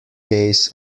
keys